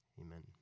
Amen